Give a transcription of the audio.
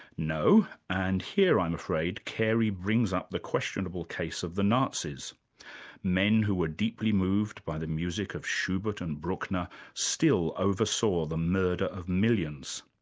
no, and here, i'm afraid, carey brings up the questionable case of the nazis men who were deeply moved by the music of schubert and bruckner still oversaw the murder of millions.